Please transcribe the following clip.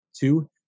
Two